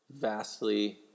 vastly